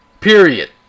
period